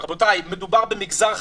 רבותיי, מדובר במגזר החרדי,